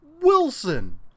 Wilson